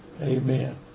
Amen